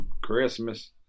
Christmas